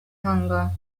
hunger